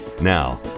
Now